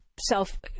self